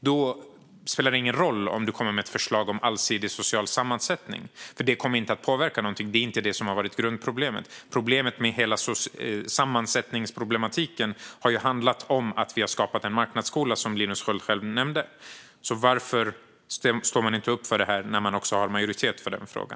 Då spelar det ingen roll om du, Linus Sköld, kommer med ett förslag om allsidig social sammansättning eftersom det inte kommer att påverka någonting. Det är inte det som har varit grundproblemet. Hela sammansättningsproblematiken har handlat om att vi har skapat en marknadsskola, som Linus Sköld själv nämnde. Så varför står ni inte upp för detta när ni har majoritet för denna fråga?